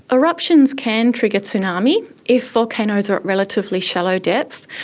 eruptions can trigger tsunami if volcanoes are at relatively shallow depth,